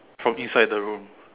from inside the room